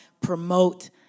promote